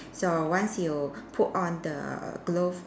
so once you put on the glove